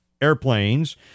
airplanes